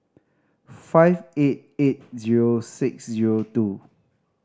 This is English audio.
five eight eight zero six zero two